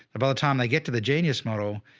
by the time they get to the genius model,